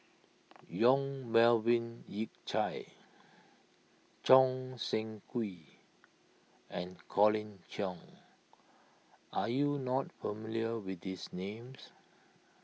Yong Melvin Yik Chye Choo Seng Quee and Colin Cheong are you not familiar with these names